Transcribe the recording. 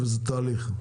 וזה תהליך.